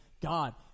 God